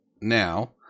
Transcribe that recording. now